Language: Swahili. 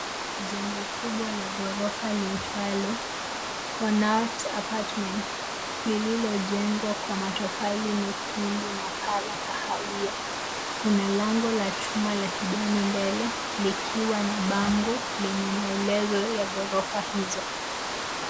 Jengo kubwa la ghirofa liitwalo CONNAUGHT APARTMENT lililojengwa kwa matofali mekundu na paa la kahawia , kuna lango la chuma la kijani mbele likiwa na bango lenye maelezo ya ghorofa hizo.